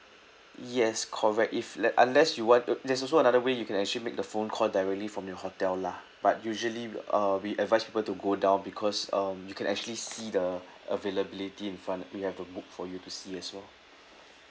yes correct if let unless you want uh there's also another way you can actually make the phone call directly from your hotel lah but usually uh we advise people to go down because um you can actually see the availability in front we have to book for you to see as well